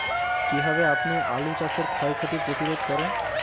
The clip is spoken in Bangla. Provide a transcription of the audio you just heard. কীভাবে আপনি আলু চাষের ক্ষয় ক্ষতি প্রতিরোধ করেন?